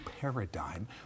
paradigm